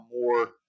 more